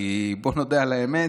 כי בוא נודה על האמת,